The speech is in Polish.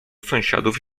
sąsiadów